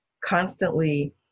constantly